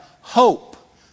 hope